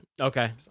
Okay